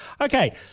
Okay